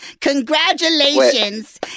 Congratulations